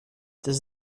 does